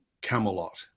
Camelot